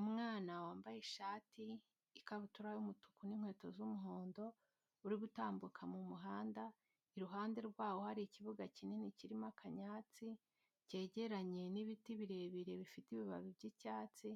Umwana wambaye ishati, ikabutura y'umutuku n'inkweto z'umuhondo, uri gutambuka mu muhanda, iruhande rwaho hari ikibuga kinini kirimo akanyatsi, cyegeranye n'ibiti birebire bifite ibibabi by'icyatsi,